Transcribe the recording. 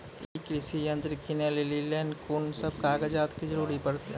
ई कृषि यंत्र किनै लेली लेल कून सब कागजात के जरूरी परतै?